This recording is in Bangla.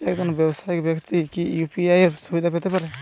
একজন ব্যাবসায়িক ব্যাক্তি কি ইউ.পি.আই সুবিধা পেতে পারে?